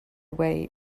way